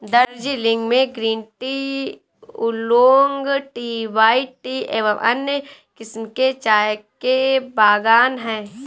दार्जिलिंग में green tea, oolong tea, white tea एवं अन्य किस्म के चाय के बागान हैं